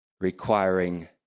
Requiring